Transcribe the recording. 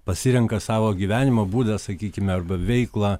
pasirenka savo gyvenimo būdą sakykime arba veiklą